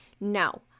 No